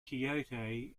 quixote